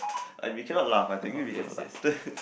we cannot laugh I think we cannot laugh